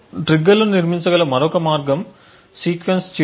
ట్రిగ్గర్లను నిర్మించగల మరొక మార్గం సీక్వెన్స్ చీట్ కోడ్స్